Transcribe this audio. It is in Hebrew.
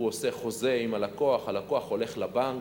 הוא עושה חוזה עם הלקוח, הלקוח הולך לבנק,